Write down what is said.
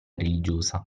religiosa